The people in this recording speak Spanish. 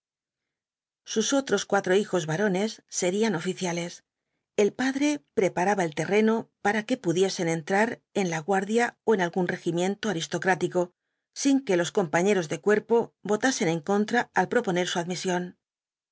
sus otros cuatro hijos varones serían oficiales el padre preparaba el terreno para que pudiesen entrar en la guardia ó en algún regimiento aristocrático sin que los compañeros de cuerpo votasen en contra al proponer su admisión